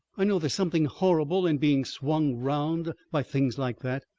i know there's something horrible in being swung round by things like that,